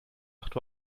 acht